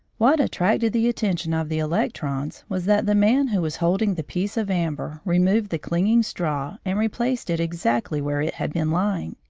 what attracted the attention of the electrons was that the man who was holding the piece of amber removed the clinging straw and replaced it exactly where it had been lying.